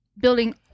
building